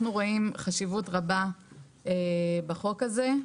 אנחנו רואים חשיבות רבה בחוק הזה,